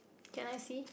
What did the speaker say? can I see